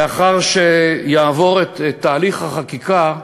לאחר שיעבור את תהליך החקיקה,